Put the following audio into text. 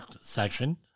section